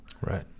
Right